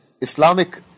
Islamic